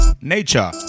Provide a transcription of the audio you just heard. Nature